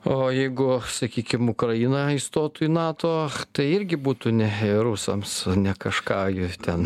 o jeigu sakykim ukraina įstotų į nato tai irgi būtų ne rusams ne kažką jūs ten